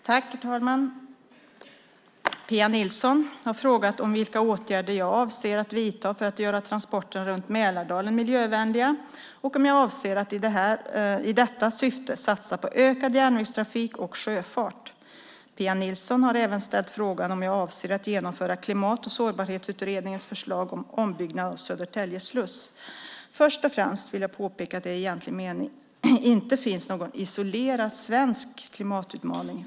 Herr talman! Pia Nilsson har frågat vilka åtgärder jag avser att vidta för att göra transporterna runt Mälardalen miljövänliga och om jag avser att i detta syfte satsa på ökad järnvägstrafik och sjöfart. Pia Nilsson har även ställt frågan om jag avser att genomföra Klimat och sårbarhetsutredningens förslag om ombyggnad av Södertälje sluss. Först och främst vill jag påpeka att det i egentligen mening inte finns någon isolerad svensk klimatutmaning.